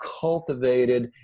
cultivated